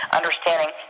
understanding